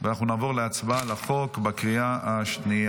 ואנחנו נעבור להצבעה על הצעת החוק בקריאה השנייה.